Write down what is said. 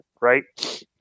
right